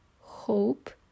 hope